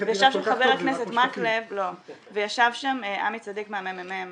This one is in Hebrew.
ש --- וישבתי עם חבר הכנסת מקלב וישב שם עמי צדיק מהממ"מ